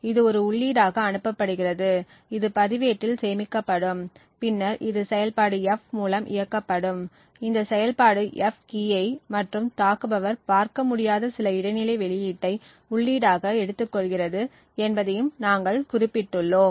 இது ஒரு உள்ளீடாக அனுப்பப்படுகிறது இது பதிவேட்டில் சேமிக்கப்படும் பின்னர் இது செயல்பாடு F மூலம் இயக்கப்படும் இந்த செயல்பாடு F கீயை மற்றும் தாக்குபவர் பார்க்க முடியாத சில இடைநிலை வெளியீட்டை உள்ளீடாக எடுத்துக்கொள்கிறது என்பதையும் நாங்கள் குறிப்பிட்டுள்ளோம்